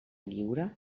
lliure